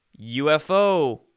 UFO